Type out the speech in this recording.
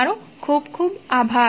તમારો ખૂબ ખૂબ આભાર